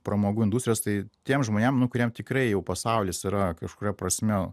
pramogų industrijos tai tiem žmonėm kuriem tikrai jau pasaulis yra kažkuria prasme